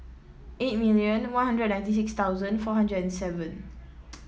eight million One Hundred ninety six thousand four hundred and seven